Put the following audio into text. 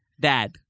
Dad